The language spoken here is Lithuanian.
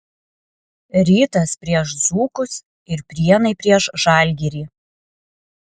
rytas prieš dzūkus ir prienai prieš žalgirį